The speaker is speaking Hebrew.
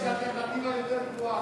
אלטרנטיבה יותר גבוהה,